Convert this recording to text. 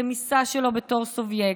היא רמיסה שלו בתור סובייקט,